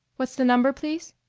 what's the number, please?